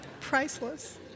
Priceless